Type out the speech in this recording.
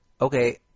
Okay